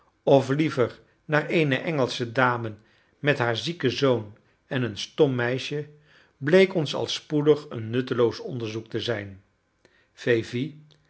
of liever naar eene engelsche dame met haar zieken zoon en een stom meisje bleek ons al spoedig een nutteloos onderzoek te zijn